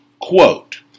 Quote